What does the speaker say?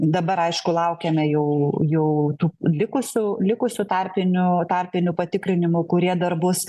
dabar aišku laukiame jau jau tų likusių likusių tarpinio tarpinių patikrinimų kurie dar bus